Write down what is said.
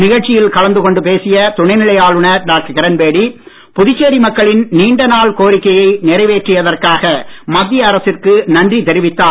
நிகழ்ச்சியில் கலந்து கொண்ட பேசிய துணைநிலை ஆளுநர் டாக்டர் கிரண்பேடி புதுச்சேரி மக்களின் நீண்ட நாள் கோரிக்கையை நிறைவேற்றியதற்காக மத்திய அரசிற்கு நன்றி தெரிவித்தார்